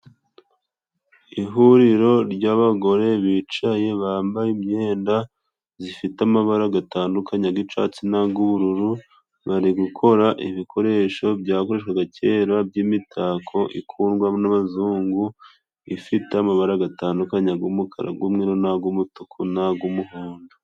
Ihuriro ry'abagore bicaye bambaye imyenda zifite amabara gatandunye ag'icatsi n'ag'ubururu, bari gukora ibikoresho byakoreshwaga kera byimitako ikundwa n'abazungu, ifite amabara gatandukanye ag'umukara, ag'umweru n'ag'umutuku n'ag'umuhondo.